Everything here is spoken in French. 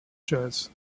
jazz